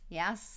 yes